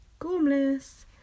Gormless